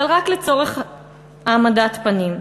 אבל רק לצורך העמדת פנים.